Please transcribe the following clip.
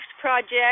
project